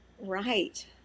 right